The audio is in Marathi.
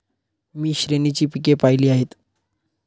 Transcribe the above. मी श्रेणीची पिके पाहिली आहेत